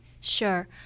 Sure